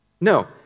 No